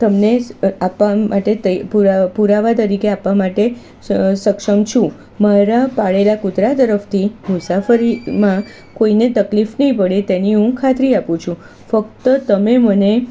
તમને આપવા માટે પુરાવા તરીકે આપવા માટે સક્ષમ છું મારા પાળેલા કૂતરા તરફથી મુસાફરીમાં કોઈને તકલીફ નહીં પડે તેની હું ખાતરી આપું છું ફક્ત તમે મને